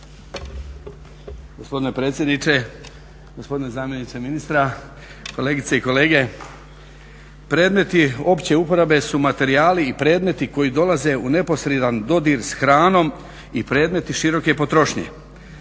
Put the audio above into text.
Gospodine predsjedniče, gospodine zamjeniče ministra, kolegice i kolege predmeti opće uporabe su materijali i predmeti koji dolaze u neposredan dodir s hranom i premeti široke potrošnje.